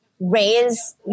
raise